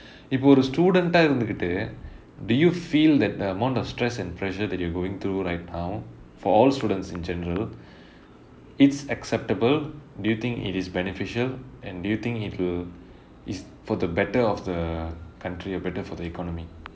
இப்போ ஒரு:ippo oru student ah இருந்துக்குட்டு:irunthukuttu do you feel that the amount of stress and pressure that you are going through right now for all students in general it's acceptable do you think it is beneficial and do you think it will it's for the better of the country or better for the economy